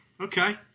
okay